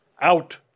out